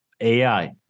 AI